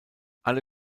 alle